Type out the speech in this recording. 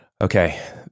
Okay